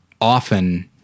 often